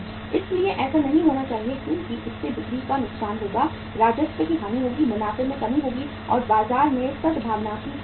इसलिए ऐसा नहीं होना चाहिए क्योंकि इससे बिक्री का नुकसान होगा राजस्व की हानि होगी मुनाफे में कमी होगी और बाजार में सद्भावना की हानि होगी